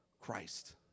Christ